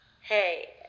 Hey